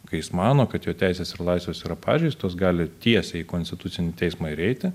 kai jis mano kad jo teisės ir laisvės yra pažeistos gali tiesiai į konstitucinį teismą ir eiti